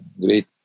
great